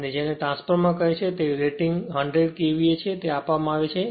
અને જેને ટ્રાન્સફોર્મર કહે છે તે રેટિંગ 100 KVA છે તે આપવામાં આવે છે